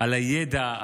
מהידע,